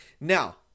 Now